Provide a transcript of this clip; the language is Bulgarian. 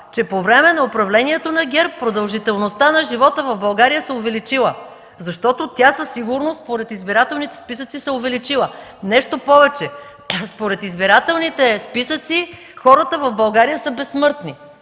че по време на управлението на ГЕРБ продължителността на живота в България се е увеличила, защото тя със сигурност, според избирателните списъци, се е увеличила. Нещо повече, според избирателните списъци хората в България са безсмъртни.